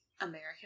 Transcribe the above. American